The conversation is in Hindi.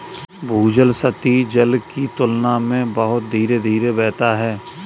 भूजल सतही जल की तुलना में बहुत धीरे धीरे बहता है